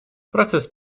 процесс